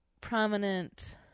prominent